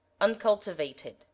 uncultivated